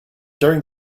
during